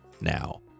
now